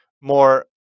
more